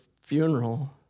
funeral